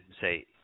say